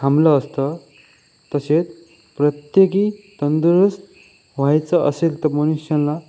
थांबलं असतं तसेच प्रत्येकी तंदुरुस्त व्हायचं असेल तर मनुष्याला